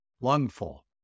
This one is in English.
lungful